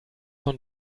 von